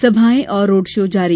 सभाएं और road show जारी